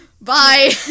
Bye